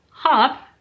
hop